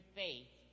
faith